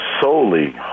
solely